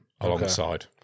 alongside